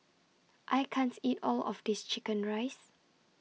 I can't eat All of This Chicken Rice